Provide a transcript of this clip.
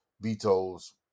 vetoes